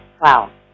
wow